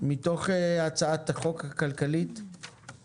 דנים בפרק י' (תחבורה) מתוך הצעת חוק התכנית הכלכלית (תיקוני